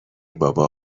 بابا